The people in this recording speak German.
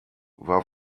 war